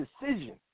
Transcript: decision